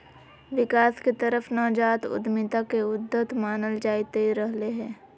विकास के तरफ नवजात उद्यमिता के उद्यत मानल जाईंत रहले है